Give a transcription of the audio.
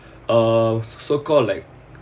uh so called like